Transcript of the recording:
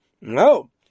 No